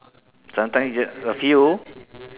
sometime you get a few